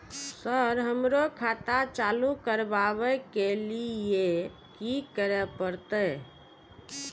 Sir हमरो खाता चालू करबाबे के ली ये की करें परते?